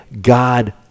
God